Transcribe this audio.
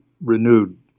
renewed